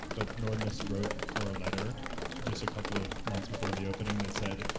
but nordness wrote her a letter just a couple of months before the opening that said,